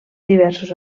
diversos